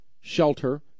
shelter